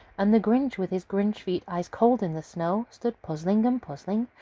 and the grinch, with his grinch feet ice-cold in the snow, stood puzzling and puzzling.